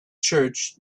church